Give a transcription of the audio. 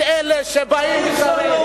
את אלה שבאים לשרת,